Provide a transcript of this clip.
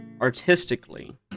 artistically